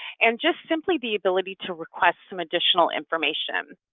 and just simply the ability to request some additional information.